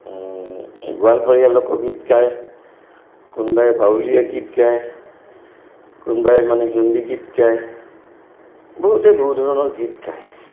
গোৱালপৰিয়া লোকগীত গায় কোনোবাই বাউলীয়া গীত গায় কোনোবাই মানে হিন্দী গীত গায় বহুতেই বহু ধৰণৰ গীত গায়